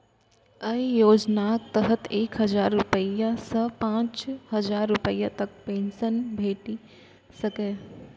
अय योजनाक तहत एक हजार रुपैया सं पांच हजार रुपैया तक पेंशन भेटि सकैए